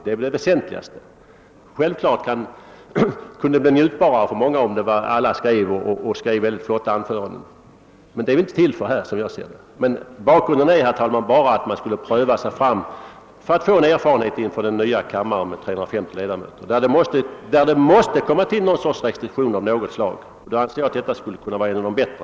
Det är självklart att debatten kunde bli njutbarare, om alla höll fina, skrivna anföranden, men enligt min mening är inte detta det väsentliga. Herr talman! Tanken är bara den att man skulle pröva sig fram för att vinna erfarenhet innan vi får den nya kammaren med 350 ledamöter, där det ändå måste bli något slags restriktion. Jag anser att den här formen då skulle kunna vara en av de bättre.